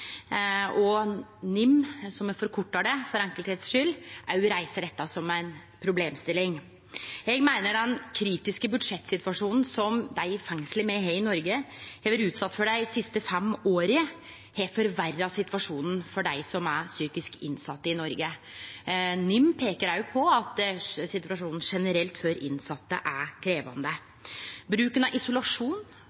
og NIM, som me forkortar det for å gjere det enkelt, reiser òg dette som ei problemstilling. Eg meiner at den kritiske budsjettsituasjonen som dei fengsla me har i Noreg har vore utsette for dei siste fem åra, har forverra situasjonen for psykisk sjuke innsette i Noreg. NIM peiker òg på at situasjonen for innsette generelt er krevjande.